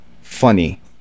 funny